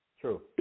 True